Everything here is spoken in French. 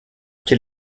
quel